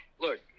look